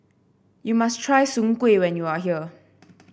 you must try Soon Kuih when you are here